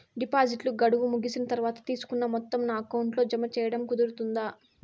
డిపాజిట్లు గడువు ముగిసిన తర్వాత, తీసుకున్న మొత్తం నా అకౌంట్ లో జామ సేయడం కుదురుతుందా?